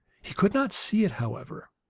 he could not see it, however.